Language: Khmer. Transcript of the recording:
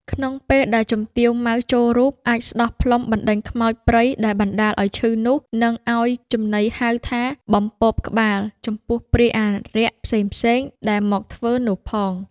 ក្នុងពេលដែលជំទាវ ម៉ៅ ចូលរូប អាចស្ដោះផ្លុំបណ្ដេញខ្មោចព្រៃដែលបណ្ដាលឲ្យឈឺនោះ និងឲ្យចំណីហៅថា "បំពោបក្បាល" ចំពោះព្រាយអារក្សផ្សេងៗ ដែលមកធ្វើនោះផង ។